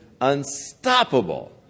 unstoppable